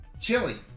Chili